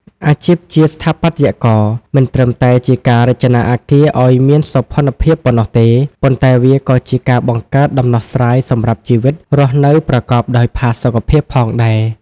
អាជីពជាស្ថាបត្យករ មិនត្រឹមតែជាការរចនាអគារឱ្យមានសោភ័ណភាពប៉ុណ្ណោះទេ ប៉ុន្តែវាក៏ជាការបង្កើតដំណោះស្រាយសម្រាប់ជីវិតរស់នៅប្រកបដោយផាសុកភាពផងដែរ។